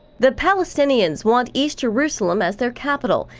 the palestinians want east jerusalem as their capital,